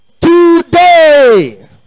Today